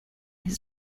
his